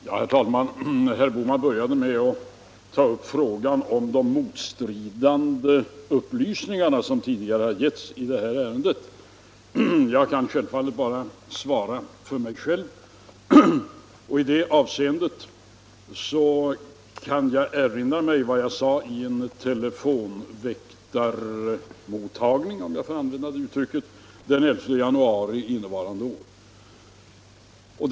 Herr talman! Herr Bohman började med att ta upp frågan om de motstridande upplysningar som tidigare har givits i det här ärendet. Jag kan självfallet bara svara för mig själv, och i det avseendet kan jag erinra mig vad jag sade i en telefonväktarmottagning, om jag får använda det uttrycket, den 11 januari innevarande år.